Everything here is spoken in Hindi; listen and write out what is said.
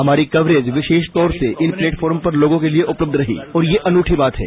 हमारी कवरेज विशेष तौर से इन प्लेटफॉर्म पर लोगों के लिए उपलब्ध रही और ये अनुठी बात है